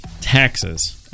taxes